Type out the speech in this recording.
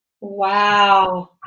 Wow